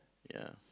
ya